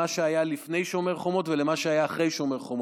מה שהיה לפני שומר החומות לעומת מה שהיה אחרי שומר חומות.